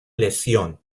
lesión